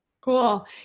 Cool